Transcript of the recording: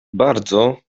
bardzo